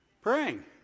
praying